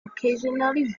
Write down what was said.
occasionally